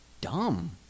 dumb